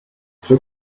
for